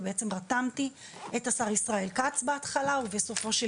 ובעצם רתמתי את השר ישראל כץ בהתחלה ובסופו של